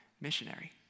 missionary